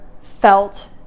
felt